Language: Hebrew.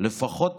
לפחות